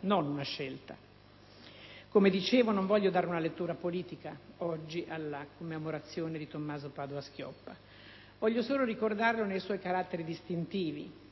non una scelta. Come dicevo, non voglio dare una lettura politica, oggi, alla commemorazione di Tommaso Padoa-Schioppa. Voglio solo ricordarlo nei suoi caratteri distintivi,